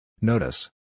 Notice